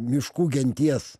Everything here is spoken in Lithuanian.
miškų genties